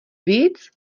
víc